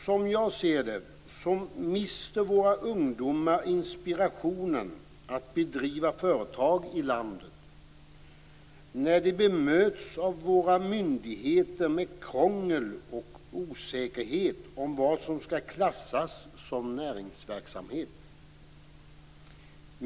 Som jag ser det mister våra ungdomar inspirationen att driva företag i landet när de bemöts av myndigheterna med krångel och osäkerhet om vad som skall klassas som näringsverksamhet.